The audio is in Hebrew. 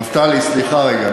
נפתלי, סליחה רגע.